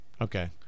okay